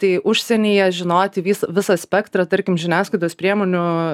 tai užsienyje žinoti vis visą spektrą tarkim žiniasklaidos priemonių